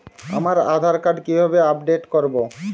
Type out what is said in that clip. আমার আধার কার্ড কিভাবে আপডেট করব?